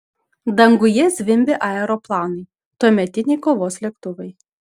danguje zvimbė aeroplanai tuometiniai kovos lėktuvai